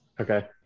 Okay